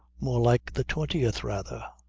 more like the twentieth rather.